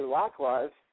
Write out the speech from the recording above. likewise